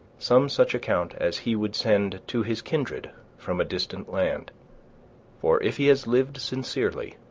some such account as he would send to his kindred from a distant land for if he has lived sincerely,